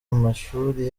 amashuri